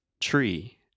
Tree